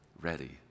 ready